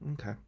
Okay